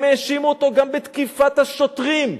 הם האשימו אותו גם בתקיפת השוטרים.